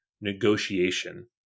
negotiation